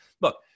Look